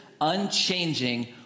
unchanging